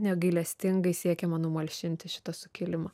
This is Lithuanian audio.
negailestingai siekiama numalšinti šitą sukilimą